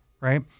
right